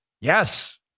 Yes